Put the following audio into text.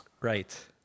Right